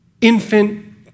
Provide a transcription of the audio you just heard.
infant